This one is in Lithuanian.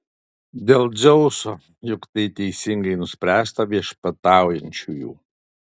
dėl dzeuso juk tai teisingai nuspręsta viešpataujančiųjų